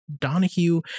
Donahue